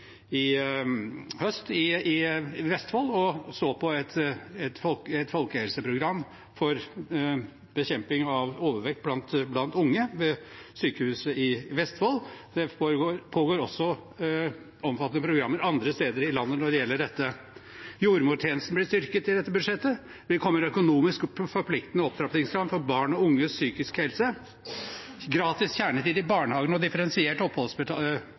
i høst i Vestfold og så på et folkehelseprogram for bekjemping av overvekt blant unge ved Sykehuset i Vestfold. Det pågår også omfattende programmer andre steder i landet når det gjelder dette. Jordmortjenesten blir styrket i dette budsjettet. Vi kommer med en økonomisk forpliktende opptrappingsplan for barn og unges psykiske helse. Gratis kjernetid i barnehage og differensiert